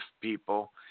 people